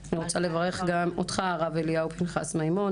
אני רוצה לברך גם אותך הרב אליהו פנחס מימון